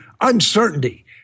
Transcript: uncertainty